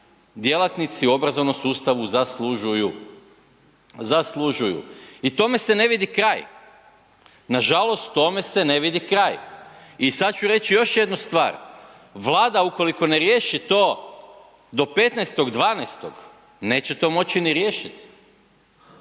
djelatnici u obrazovnom sustavu zaslužuju, zaslužuju. I tome se ne vidi kraj, nažalost tome se ne vidi kraj. I sada ću reći još jednu stvar, Vlada ukoliko ne riješi to do 15.12. neće to moći ni riješiti.